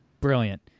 Brilliant